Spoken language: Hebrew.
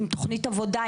עם תוכנית עבודה,